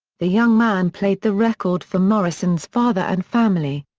the young man played the record for morrison's father and family.